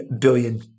billion